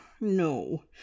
no